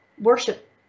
worship